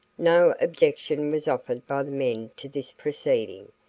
no objection was offered by the men to this proceeding,